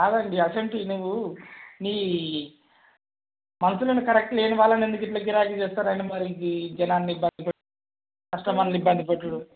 కాదండి అటువంటివి నువ్వు మీ మనుషులను కరెక్ట్ లేని వాళ్ళని ఎందుకు గిట్లా గిరాకీ చేస్తారండి మరి ఈ జనాన్ని కస్టమర్లని ఇబ్బంది పెట్టుడు